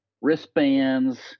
wristbands